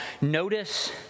Notice